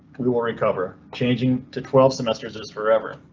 we will recover changing to twelve semesters is forever.